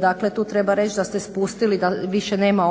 Dakle, tu treba reći da ste spustili da više nema